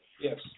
Yes